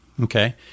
Okay